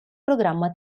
programma